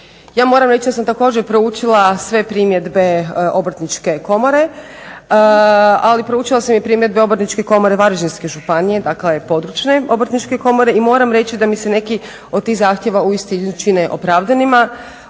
Ja moram reći, ja sam također proučila sve primjedbe obrtničke komore ali proučila sam i primjedbe obrtničke komore Varaždinske županije, dakle područne obrtničke komore i moram reći da mi se neki od tih zahtjeva uistinu čine opravdanima.